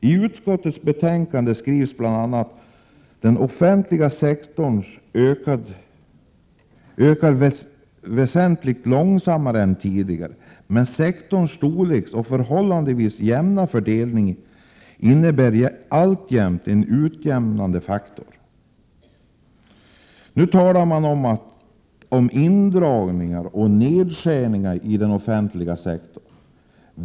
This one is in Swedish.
I utskottets betänkande framhålls bl.a. att den offentliga sektorn ökar väsentligt långsammare än tidigare, men att sektorns storlek och förhållandevis jämna fördelning alltjämt innebär en utjämnande faktor. Nu talar man om indragningar och nedskärningar i den offentliga sektorn.